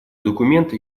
документа